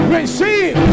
Receive